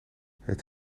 het